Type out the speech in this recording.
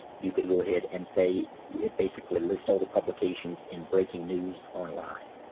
you could go ahead and say basically list all the publications in breaking news online,